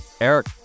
Eric